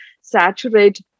saturate